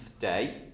day